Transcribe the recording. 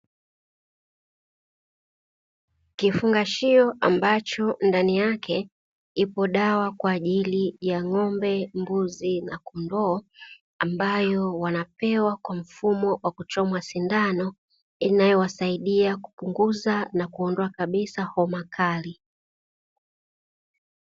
Kifungashio ambacho ndani yake ipo dawa kwa ajili ya ng'ombe, mbuzi na kondoo, ambayo wanapewa kwa mfumo wa kuchomwa sindano inayowasaidia kupunguza na kuondoa kabisa homa kali.